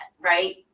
right